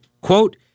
Quote